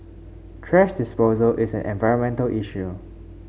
thrash disposal is an environmental issue